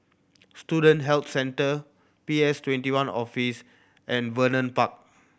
Student Health Centre P S Twenty one Office and Vernon Park